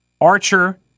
Archer